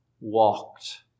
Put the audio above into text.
walked